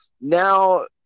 now